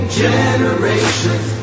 generations